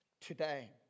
today